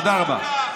תודה רבה.